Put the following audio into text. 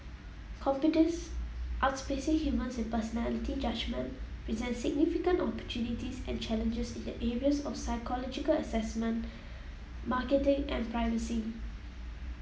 computers outs pacing humans in personality judgement presents significant opportunities and challenges in the areas of psychological assessment marketing and privacy